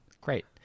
great